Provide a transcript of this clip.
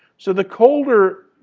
so the colder,